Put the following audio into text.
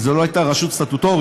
וזו לא הייתה רשות סטטוטורית,